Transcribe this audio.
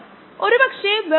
ഇത് നമ്മൾ ഓർക്കേണ്ടതുണ്ട്